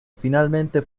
finalmente